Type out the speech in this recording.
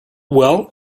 well